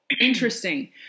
Interesting